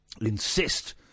insist